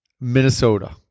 Minnesota